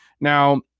Now